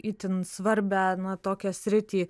itin svarbią na tokią sritį